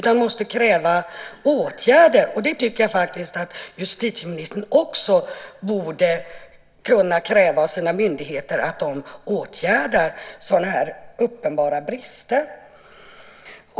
Vi måste kräva åtgärder, och jag tycker att justitieministern också borde kunna kräva av sina myndigheter att de åtgärdar sådana här uppenbara brister.